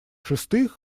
шестых